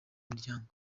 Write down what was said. miryango